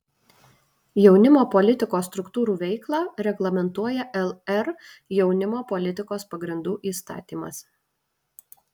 jaunimo politikos struktūrų veiklą reglamentuoja lr jaunimo politikos pagrindų įstatymas